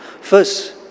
First